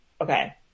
okay